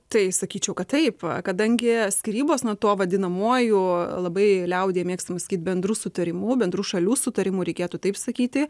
tai sakyčiau kad taip kadangi skyrybos na to vadinamuoju labai liaudyje mėgstama sakyti bendru sutarimu bendru šalių sutarimu reikėtų taip sakyti